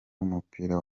w’umupira